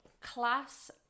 class